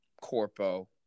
corpo